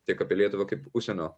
tiek apie lietuvą kaip užsienio